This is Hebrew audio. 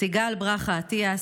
סיגל ברכה אטיאס,